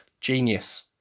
genius